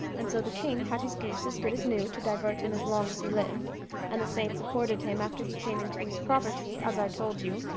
and so the king had his goose as good as new, to divert him as long as he lived and the saint supported him after he came into his property, as i told you,